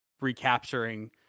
recapturing